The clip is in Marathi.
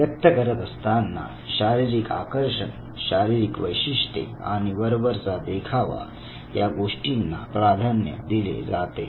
व्यक्त करत असताना शारीरिक आकर्षण शारीरिक वैशिष्ट्ये आणि वरवरचा देखावा या गोष्टींना प्राधान्य दिले जाते